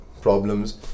problems